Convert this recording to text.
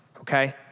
okay